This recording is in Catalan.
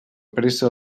pressa